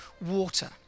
water